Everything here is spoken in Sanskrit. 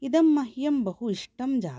इदं मह्यं बहु इष्टं जातं